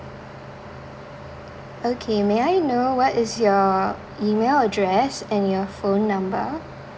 okay may I know what is your email address and your phone number